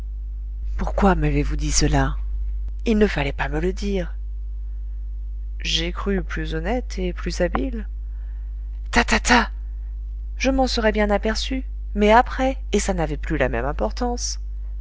pourquoi m'avez-vous dit cela il ne fallait pas me le dire j'ai cru plus honnête et plus habile tatata je m'en serais bien aperçu mais après et ça n'avait plus la même importance